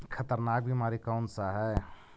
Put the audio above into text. खतरनाक बीमारी कौन सा है?